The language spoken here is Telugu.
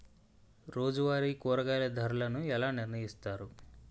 రోజువారి కూరగాయల ధరలను ఎలా నిర్ణయిస్తారు?